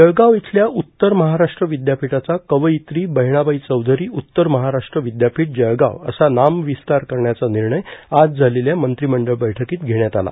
जळगाव इथल्या उत्तर महाराष्ट्र विद्यापीठाचा कवयित्री बहिणाबाई चौधरी उत्तर महाराष्ट्र विद्यापीठ जळ्याव असा नामविस्तार करण्याचा निर्णय आज झालेल्या मंत्रिमंडळ बैठकीत घेण्यात आला